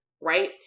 Right